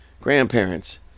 grandparents